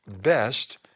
best